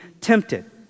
tempted